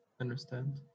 understand